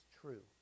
true